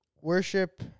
worship